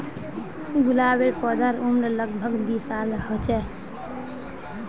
गुलाबेर पौधार उम्र लग भग दी साल ह छे